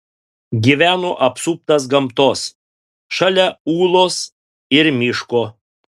gyveno apsuptas gamtos šalia ūlos ir miško